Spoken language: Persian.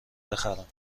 بخرم